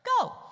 Go